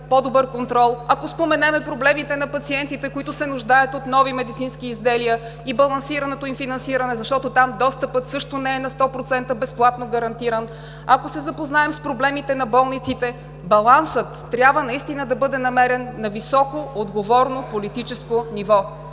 по-добър контрол, ако споменем проблемите на пациентите, които се нуждаят от нови медицински изделия и балансираното им финансиране, защото там достъпът също не е на 100% безплатно гарантиран, ако се запознаем с проблемите на болниците, балансът трябва наистина да бъде намерен на високо, отговорно политическо ниво.